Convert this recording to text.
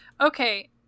Okay